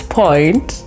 point